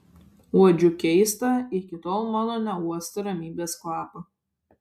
uodžiu keistą iki tol mano neuostą ramybės kvapą